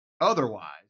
otherwise